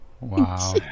Wow